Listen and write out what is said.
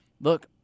look